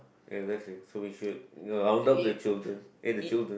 exactly so we should round up the children and the children